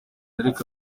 ariko